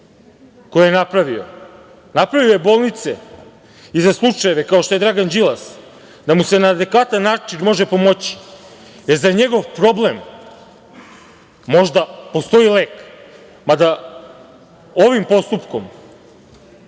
koje je napravio, napravio je bolnice i za slučajeve kao što je Dragan Đilas da mu se na adekvatan način može pomoći, jer za njegov problem možda postoji lek, mada ovim postupkom